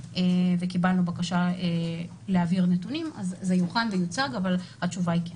קיבלנו בקשה להעביר נתונים אז זה יוכן ויוצג אבל התשובה היא כן.